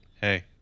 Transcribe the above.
hey